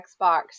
Xbox